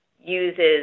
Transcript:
uses